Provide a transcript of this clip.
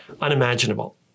unimaginable